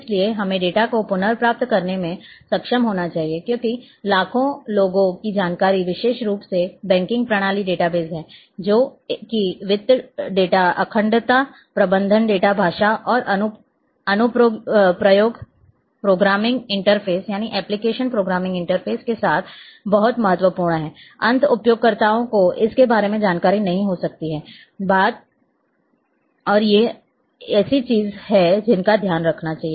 इसलिए हमें डेटा को पुनर्प्राप्त करने में सक्षम होना चाहिए क्योंकि लाखों लोगों की जानकारी विशेष रूप से बैंकिंग प्रणाली डेटाबेस में है जो कि वित्त डेटा अखंडता प्रबंधन डेटा भाषा और अनुप्रयोग प्रोग्रामिंग इंटरफेस के साथ बहुत महत्वपूर्ण है अंत उपयोगकर्ता को इसके बारे में जानकारी नहीं हो सकती है बात और ये ऐसी चीजें हैं जिनका ध्यान रखना होगा